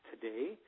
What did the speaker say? today